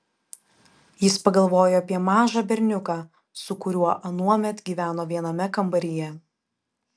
jis pagalvojo apie mažą berniuką su kuriuo anuomet gyveno viename kambaryje